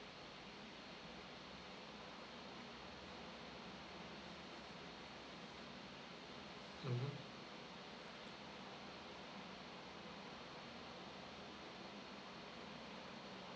mmhmm